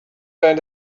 going